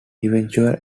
eventual